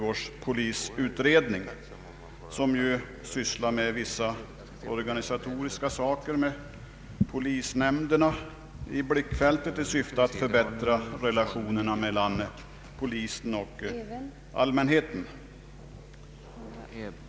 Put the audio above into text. Den nämnda utredningen Ssysslar ju med vissa organisatoriska frågor — med polisnämnderna i blickfältet — i syfte att förbättra relationerna mellan polisen och allmänheten.